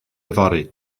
yfory